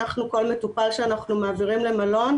כל מטופל שאנחנו מעבירים למלון,